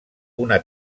una